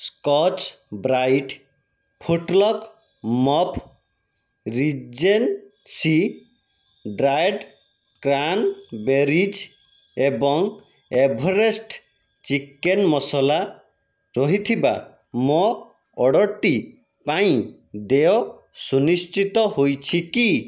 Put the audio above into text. scotch Brite footlock mop Regency dried cranberries ଏବଂ Everest chicken masala ରହିଥିବା ମୋ ଅର୍ଡ଼ରଟି ପାଇଁ ଦେୟ ସୁନିଶ୍ଚିତ ହୋଇଛି କି